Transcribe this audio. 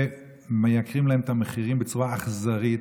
ומעלים להם את המחירים בצורה אכזרית,